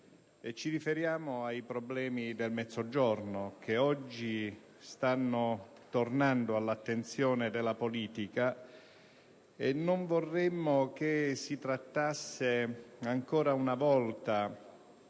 Ci riferiamo ai problemi del Mezzogiorno che oggi stanno tornando all'attenzione della politica. Non vorremmo che si trattasse ancora una volta